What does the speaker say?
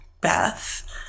beth